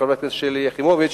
חברת הכנסת שלי יחימוביץ,